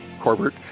Corbett